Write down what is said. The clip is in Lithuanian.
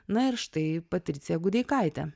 na ir štai patricija gudeikaitė